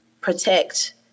protect